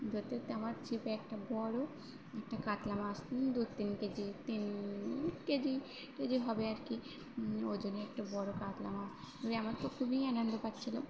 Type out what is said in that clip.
ধরতে ধরতে আমার ছিপে একটা বড় একটা কাতলা মাছ দু তিন কেজি তিন কেজি কেজি হবে আর কি ওজনের একটা বড় কাতলা মাছ এ আমার তো খুবই আনন্দ পাচ্ছিল